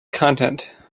content